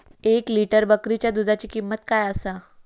एक लिटर बकरीच्या दुधाची किंमत काय आसा?